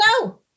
No